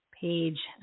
Page